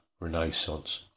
renaissance